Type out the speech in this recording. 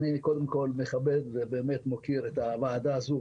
קודם כול אני מכבד ומוקיר את הוועדה הזאת,